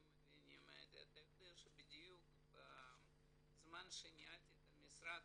אתה יודע שבדיוק בזמן שניהלתי את המשרד,